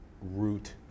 root